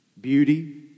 beauty